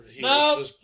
No